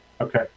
Okay